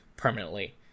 permanently